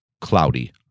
cloudy